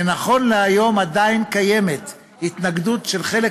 ונכון להיום עדיין קיימת התנגדות של חלק